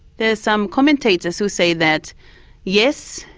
there's some commentators who say that yes,